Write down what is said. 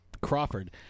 Crawford